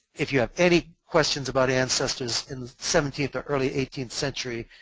if you have any questions about ancestors in the seventeenth or early eighteenth century,